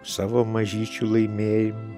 savo mažyčių laimėjim